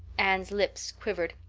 anne's lips quivered.